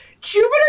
Jupiter